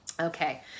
Okay